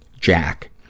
Jack